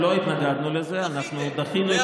לא התנגדנו לזה, דחיתם.